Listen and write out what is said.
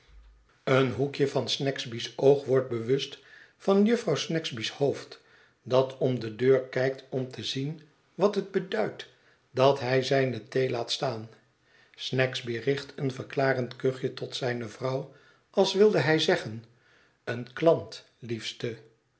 een hoekje van snagby's oog wordt bewust van jufvrouw snagsby's hoofd dat om de deur kijkt om te zien wat het beduidt dat hij zijne thee laat staan snagsby richt een verklarend kuchje tot zijne vrouw als wilde hij zeggen een klant liefste